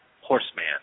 horseman